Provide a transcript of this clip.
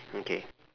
okay